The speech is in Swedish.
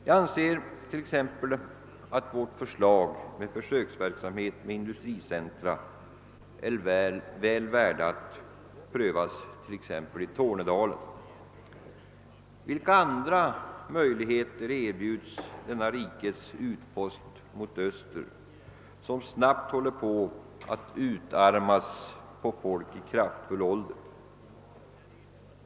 Jag anser t.ex. att vårt förslag med försöksverksamhet med industricentra är väl värt att prövas i Tornedalen. Vilka andra möjligheter erbjuds denna rikets utpost mot öster, som snabbt håller på att utarmas på människor i kraftfull ålder?